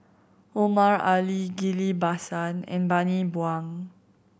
Omar Ali Ghillie Basan and Bani Buang